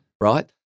right